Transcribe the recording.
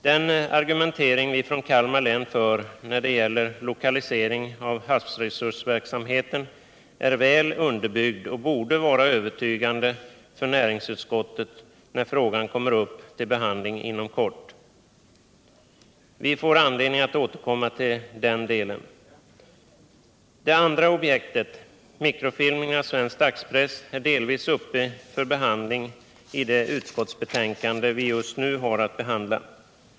Den argumentering vi från Kalmar län för när det gäller lokalisering av havsresursverksamheten är väl underbyggd och borde vara övertygande för näringsutskottet när frågan inom kort kommer upp till behandling. Vi får anledning att återkomma till detta. Det andra objektet — mikrofilmning av svensk dagspress — tas delvis upp i det utskottsbetänkande vi just nu har att behandla.